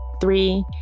three